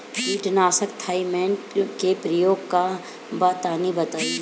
कीटनाशक थाइमेट के प्रयोग का बा तनि बताई?